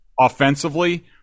Offensively